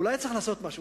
אולי צריך לעשות משהו,